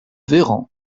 véran